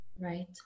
right